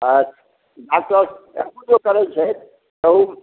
आएत डाक्टर अयबो करैत छै तऽ ओ